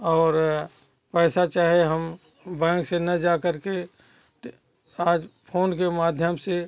और पैसा चाहे हम बैंक से ना जाकर के तो आज फोन के माध्यम से